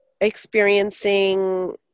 experiencing